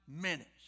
minutes